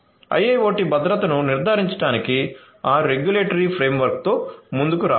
IIoT భద్రతను నిర్ధారించడానికి ఆ రెగ్యులేటరీ ఫ్రేమ్వర్క్తో ముందుకు రావాలి